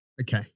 Okay